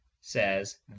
says